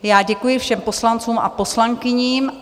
Já děkuji všem poslancům a poslankyním.